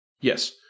Yes